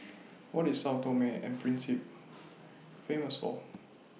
What IS Sao Tome and Principe Famous For